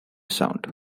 sound